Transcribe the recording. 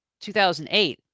2008